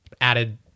added